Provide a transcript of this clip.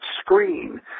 screen